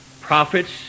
prophets